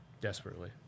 desperately